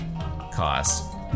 Cost